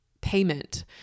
payment